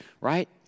right